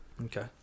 Okay